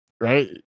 right